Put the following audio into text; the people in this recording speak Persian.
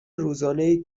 روزانهای